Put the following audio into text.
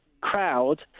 crowd